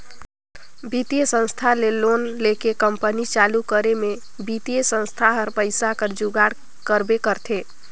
बित्तीय संस्था ले लोन लेके कंपनी चालू करे में बित्तीय संस्था हर पइसा कर जुगाड़ करबे करथे